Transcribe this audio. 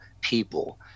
people